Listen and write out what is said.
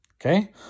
Okay